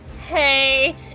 hey